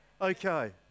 Okay